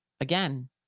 again